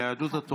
של יהדות התורה.